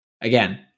again